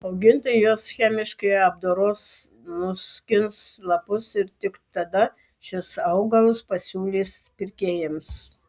augintojai juos chemiškai apdoros nuskins lapus ir tik tada šiuos augalus pasiūlys pirkėjams